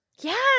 Yes